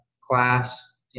class